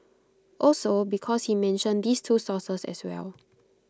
also because he mentioned these two sources as well